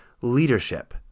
leadership